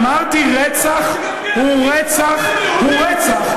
אמרתי, רצח הוא רצח הוא רצח.